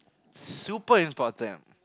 super important